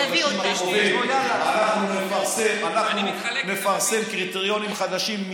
בחודשים הקרובים אנחנו נפרסם קריטריונים חדשים.